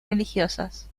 religiosas